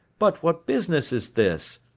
but what business is this?